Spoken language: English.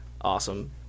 Awesome